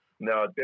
No